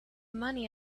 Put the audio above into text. money